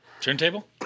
turntable